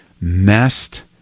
messed